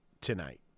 tonight